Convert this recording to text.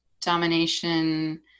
domination